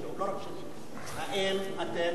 האם אתם מתכוונים